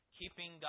keeping